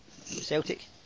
Celtic